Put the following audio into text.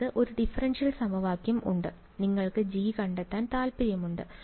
നിങ്ങൾക്ക് ഒരു ഡിഫറൻഷ്യൽ സമവാക്യം ഉണ്ട് നിങ്ങൾക്ക് G കണ്ടെത്താൻ താൽപ്പര്യമുണ്ട്